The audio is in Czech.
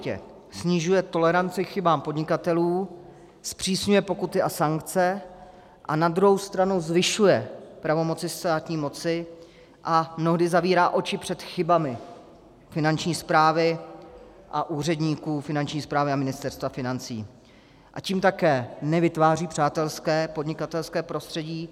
Na jednu stranu vláda plánovitě snižuje toleranci k chybám podnikatelů, zpřísňuje pokuty a sankce, na druhou stranu zvyšuje pravomoci státní moci a mnohdy zavírá oči před chybami Finanční správy a úředníků Finanční správy a Ministerstva financí, a tím také nevytváří přátelské podnikatelské prostředí.